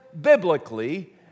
biblically